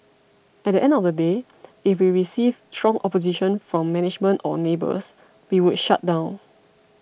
at the end of the day if we received strong opposition from management or neighbours we would shut down